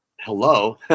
Hello